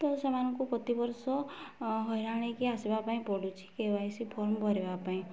ତ ସେମାନଙ୍କୁ ପ୍ରତିବର୍ଷ ହଇରାଣ ହେଇକି ଆସିବା ପାଇଁ ପଡ଼ୁଛି କେ ୱାଇ ସି ଫର୍ମ ଭରିବା ପାଇଁ